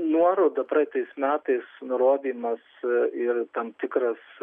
nuoroda praeitais metais nurodymas ir tam tikras